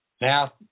now